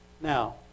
Now